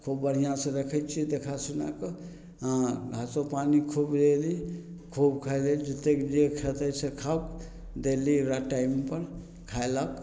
खौब बढ़ियाँ सऽ रखै छियै देखा सुना कऽ हँ घासो पानि खूब देली खूब खाइले जतेक जे खेतेसँ खौक देली ओकरा टाइमपर खाइ लऽ